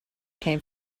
came